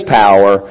power